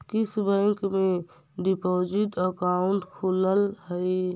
किस बैंक में deposit account खुलअ हई